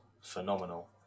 phenomenal